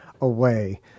away